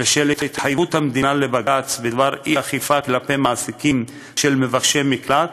ושל התחייבות המדינה לבג"ץ בדבר אי-אכיפה כלפי מעסיקים של מבקשי מקלט,